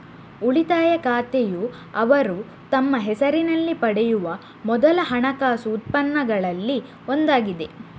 ಉಳಿತಾಯ ಖಾತೆಯುಅವರು ತಮ್ಮ ಹೆಸರಿನಲ್ಲಿ ಪಡೆಯುವ ಮೊದಲ ಹಣಕಾಸು ಉತ್ಪನ್ನಗಳಲ್ಲಿ ಒಂದಾಗಿದೆ